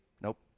Nope